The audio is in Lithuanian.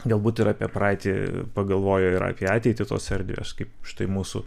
galbūt ir apie praeitį pagalvoji ir apie ateitį tos erdvės kaip štai mūsų